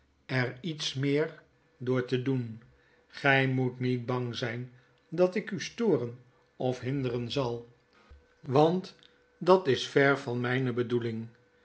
er iets meer door te doen gy moetniet bang zijn dat ik u storenof hinderenzal want dat is ver van mijne bedoeling